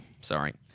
sorry